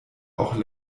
auch